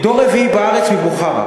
דור רביעי בארץ, מבוכרה.